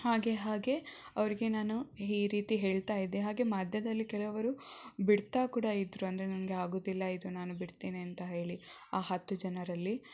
ಹಾಗೆ ಹಾಗೆ ಅವರಿಗೆ ನಾನು ಈ ರೀತಿ ಹೇಳ್ತಾ ಇದ್ದೆ ಹಾಗೆ ಮಧ್ಯದಲ್ಲಿ ಕೆಲವರು ಬಿಡ್ತಾ ಕೂಡ ಇದ್ದರು ಅಂದರೆ ನನಗೆ ಆಗುವುದಿಲ್ಲ ಇದು ನಾನು ಬಿಡ್ತೀನಿ ಅಂತ ಹೇಳಿ ಆ ಹತ್ತು ಜನರಲ್ಲಿ